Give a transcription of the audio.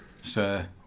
sir